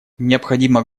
необходимо